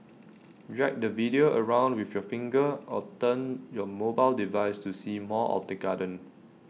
drag the video around with your finger or turn your mobile device to see more of the garden